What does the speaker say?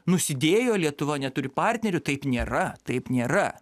nusidėjo lietuva neturi partnerių taip nėra taip nėra